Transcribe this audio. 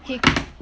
he